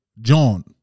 John